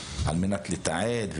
על מנת לתעד,